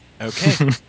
Okay